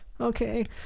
Okay